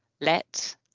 let